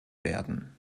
werden